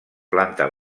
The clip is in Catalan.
planta